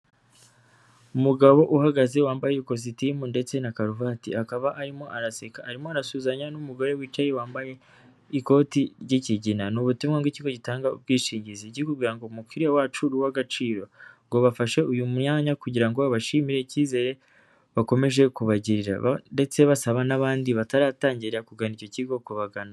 Umugabo uhagaze wambaye ikositimu ndetse na karuvati akaba arimo araseka arimo arasuhuzanya n'umugore wicaye wambaye ikoti ry'kigina ni ubutumwa bw'ikigo gitanga ubwishingizi igi kugira ngo umukiriya wacu uw'agaciro ngo bafashe uyu mwanya kugira ngo babashimire icyizere bakomeje kubagirira ndetse basaba n'abandi bataratangira kugana icyo kigo kugana.